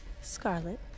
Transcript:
Scarlet